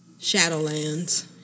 Shadowlands